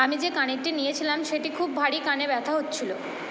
আমি যে কানেরটি নিয়েছিলাম সেটি খুব ভারী কানে ব্যথা হচ্ছিলো